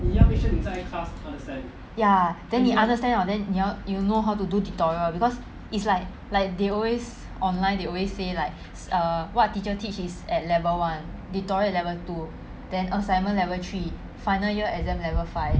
ya then 你 understand liao then 你要 you know how to do tutorial because it's like like they always online they always say like err what teacher teach is at level one tutorial level two then assignment level three final year exam level five